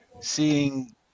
seeing –